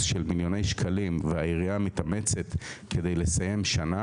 של מיליוני שקלים והעירייה מתאמצת כדי לסיים שנה,